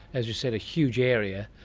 as you said a huge area,